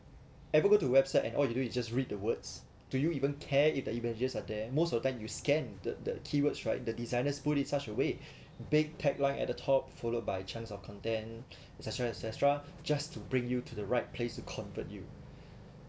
ever go to website and all you do you is just read the words do you even care if the images are there most of the time you scan the the keywords right the designers put it such a way big tagline at the top followed by chance of content et cetera et cetera just to bring you to the right place to comfort you